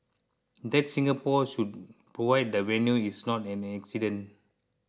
that Singapore should provide the venue is not an accident